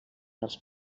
dels